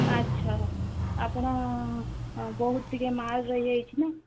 ଆଚ୍ଛା ଆପଣ ବହୁତ ଟିକେ ମାଲ୍ ରହି ଯାଇଛି ନା